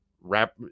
wrap